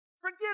Forget